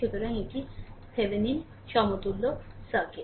সুতরাং এটি Thevenin সমতুল্য সার্কিট